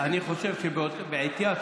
אני חושב שבעטיה,